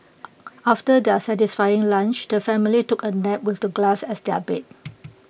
after their satisfying lunch the family took A nap with the grass as their bed